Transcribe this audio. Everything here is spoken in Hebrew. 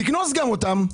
תקנוס גם אותם.